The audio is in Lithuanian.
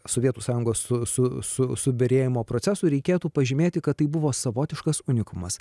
sovietų sąjungos su su subyrėjimo procesų reikėtų pažymėti kad tai buvo savotiškas unikumas